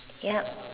yup